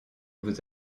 vous